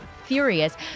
furious